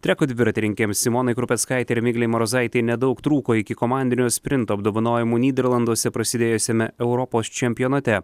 treko dviratininkėms simonai krupeckaitei ir miglei marozaitei nedaug trūko iki komandinio sprinto apdovanojimų nyderlanduose prasidėjusiame europos čempionate